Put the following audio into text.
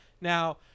Now